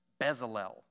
Bezalel